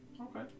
Okay